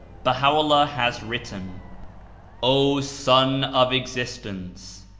baha'o'llah has written o son of existence!